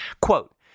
Quote